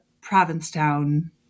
Provincetown